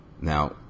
now